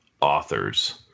authors